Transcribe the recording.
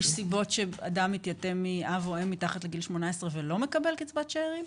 יש סיבות שאדם מתייתם מאב או אם מתחת לגיל 18 ולא מקבל קצבת שארים?